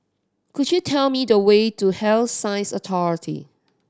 could you tell me the way to Health Sciences Authority